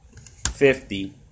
fifty